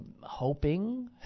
hoping